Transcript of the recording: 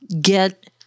get